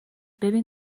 ببین